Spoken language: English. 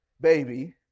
baby